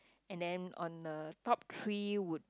and then on uh top three would